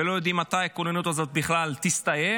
ולא יודעים מתי הכוננות הזאת בכלל תסתיים,